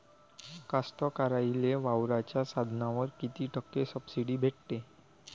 कास्तकाराइले वावराच्या साधनावर कीती टक्के सब्सिडी भेटते?